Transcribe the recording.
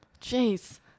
Jeez